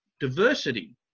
diversity